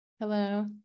Hello